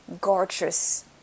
gorgeous